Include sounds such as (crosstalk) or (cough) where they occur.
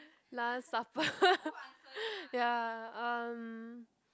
last supper (laughs) ya um